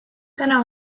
täna